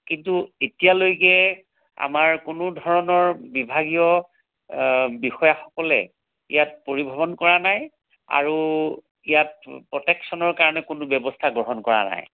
কিন্তু এতিয়ালৈকে আমাৰ কোনো ধৰণৰ বিভাগীয় বিষয়াসকলে ইয়াত পৰিভ্ৰমণ কৰা নাই আৰু ইয়াত পটেক্সনৰ কাৰণে কোনো ব্যৱস্থা গ্ৰহণ কৰা নাই